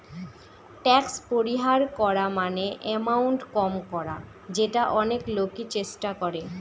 tax পরিহার মানে করা এমাউন্ট কম করা যেটা অনেক লোকই চেষ্টা করে